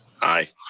aye.